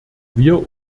wir